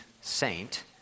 saint